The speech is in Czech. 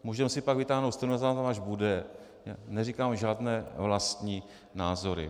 Můžeme si pak vytáhnout stenozáznam, až bude, neříkám žádné vlastní názory.